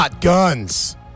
Guns